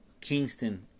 Kingston